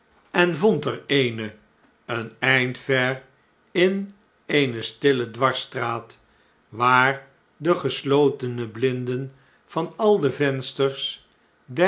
en vond er eene een eind ver in eene stille dwarsstraat waar de geslotene blinden van al de vensters